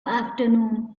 afternoon